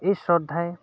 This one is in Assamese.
এই শ্ৰদ্ধাই